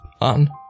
on